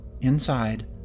inside